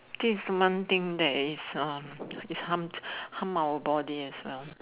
this is one thing that is is harm harm our body is